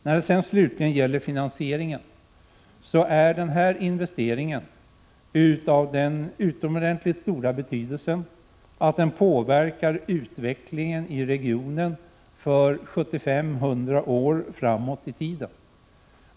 När det slutligen gäller finansieringen är denna investering av en så utomordentligt stor betydelse att den påverkar utvecklingen i regionen för 75-100 år framåt i tiden.